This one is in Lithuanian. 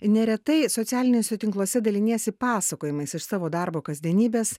neretai socialiniuose tinkluose daliniesi pasakojimais iš savo darbo kasdienybės